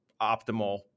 optimal